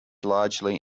largely